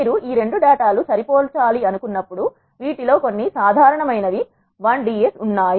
మీరు ఈ రెండు డేటా లు సరిపోల్చాలి అనుకున్నప్పుడువీటిలో కొన్ని సాధారణమైన వి I ds ఉన్నాయి